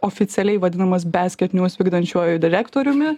oficialiai vadinamas basket news vykdančiuoju direktoriumi